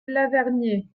lavernié